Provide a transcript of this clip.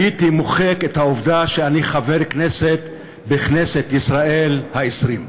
הייתי מוחק את העובדה שאני חבר כנסת בכנסת ישראל העשרים.